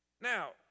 Now